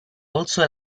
also